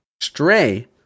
Stray